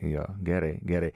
jo gerai gerai